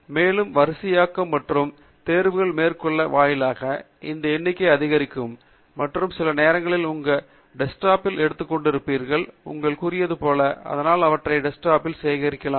மேலும் வரிசையாக்கம் மற்றும் தேர்வுகளை மேற்கொள்வதன் வாயிலாக இந்த எண்ணிக்கை அதிகரிக்கும் மற்றும் சில நேரங்களில் உங்கள் பயனுள்ள டெஸ்க்டாப்பில் எடுத்துக் கொள்ளப்பட்டிருப்பீர்கள் என்று நீங்கள் கூறி இருக்கலாம் அதனால் அவற்றை உங்கள் டெஸ்க்டாப்பில் சேகரிக்கலாம்